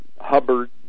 Hubbard